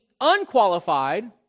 unqualified